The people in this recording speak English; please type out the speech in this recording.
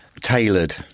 Tailored